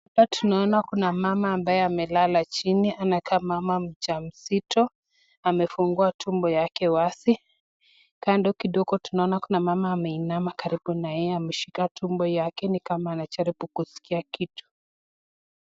Hapa tunaona kuna mama ambaye amelala chini, anakaa mama mjamzito. Amefungua tumbo yake wazi, kando kidogo tunaona kuna mama ameinama karibu na yeye ameshika tumbo yake ni kama anajaribu kuskia kitu.